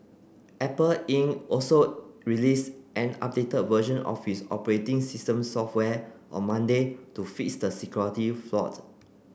Apple Inc also release an updated version of its operating system software on Monday to fix the security flawed